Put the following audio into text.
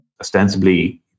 ostensibly